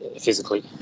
Physically